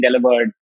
delivered